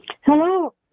Hello